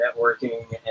networking